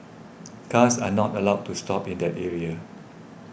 cars are not allowed to stop in that area